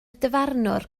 dyfarnwr